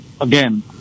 again